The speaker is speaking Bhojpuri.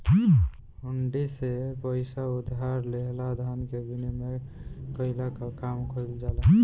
हुंडी से पईसा उधार लेहला धन के विनिमय कईला कअ काम कईल जाला